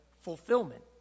fulfillment